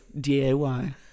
D-A-Y